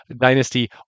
dynasty